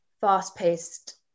fast-paced